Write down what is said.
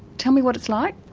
tell me what it's like.